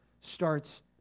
starts